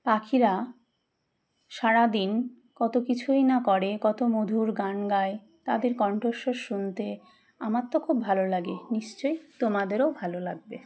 পাখিরা সারাদিন কত কিছুই না করে কত মধুর গান গায় তাদের কণ্ঠস্বর শুনতে আমার তো খুব ভালো লাগে নিশ্চয়ই তোমাদেরও ভালো লাগবে